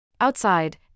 Outside